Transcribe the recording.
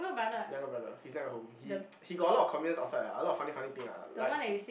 younger brother he's never at home he he got a lot of commitments outside lah a lot of funny funny thing ah like he